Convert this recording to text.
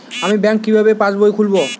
আমি ব্যাঙ্ক কিভাবে পাশবই খুলব?